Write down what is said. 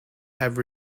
have